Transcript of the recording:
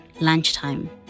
lunchtime